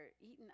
eaten